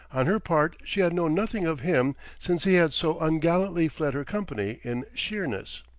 on her part she had known nothing of him since he had so ungallantly fled her company in sheerness.